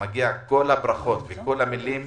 מגיעות כל הברכות וכל המילים